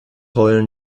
heulen